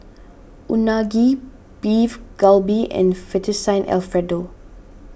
Unagi Beef Galbi and Fettuccine Alfredo